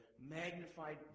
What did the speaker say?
magnified